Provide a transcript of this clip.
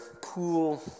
cool